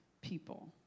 people